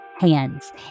hands